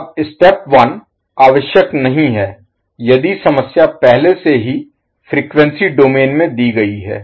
अब स्टेप 1 आवश्यक नहीं है यदि समस्या पहले से ही फ्रीक्वेंसी डोमेन में दी गयी है